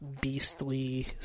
beastly